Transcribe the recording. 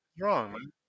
wrong